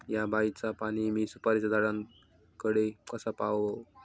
हया बायचा पाणी मी सुपारीच्या झाडान कडे कसा पावाव?